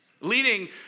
Leading